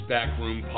Backroom